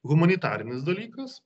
humanitarinis dalykas